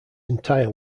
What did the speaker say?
entire